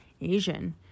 asian